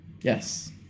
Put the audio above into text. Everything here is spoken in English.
yes